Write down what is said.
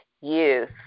youth